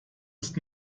ist